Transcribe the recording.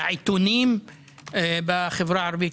לעיתונים בחברה הערבית.